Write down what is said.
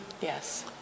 yes